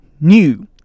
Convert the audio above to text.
new